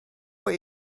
what